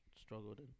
struggled